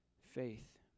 faith